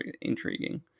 intriguing